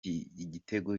igitego